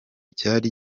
cyari